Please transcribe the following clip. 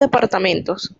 departamentos